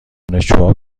دانشجوها